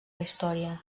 història